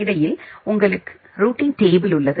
இடையில் உங்களுக்கு routing table உள்ளது